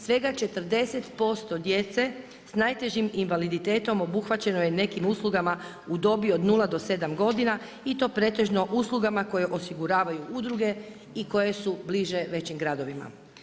Svega 40% djece sa najtežim invaliditetom obuhvaćeno je nekim uslugama u dobi od 0-7 godina i to pretežno uslugama koje osiguravaju udruge i koje su bliže većim gradovima.